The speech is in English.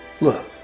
Look